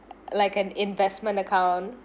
like an investment account